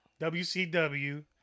WCW